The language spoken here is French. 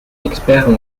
expert